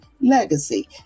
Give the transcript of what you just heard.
legacy